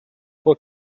for